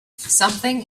something